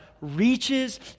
reaches